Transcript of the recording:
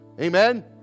Amen